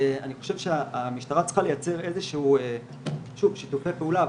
אני חושב שהמשטרה צריכה לייצר איזשהו שיתופי פעולה,